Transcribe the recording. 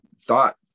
thought